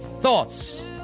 Thoughts